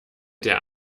der